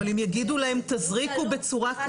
אם יגידו להם שיזריקו בצורה --- סליחה,